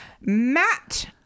Matt